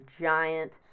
giant